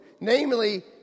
namely